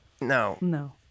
No